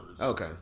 Okay